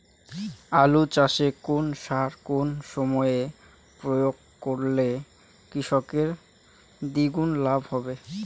আলু চাষে কোন সার কোন সময়ে প্রয়োগ করলে কৃষকের দ্বিগুণ লাভ হবে?